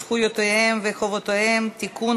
זכויותיהם וחובותיהם (תיקון,